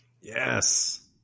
Yes